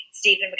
Stephen